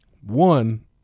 One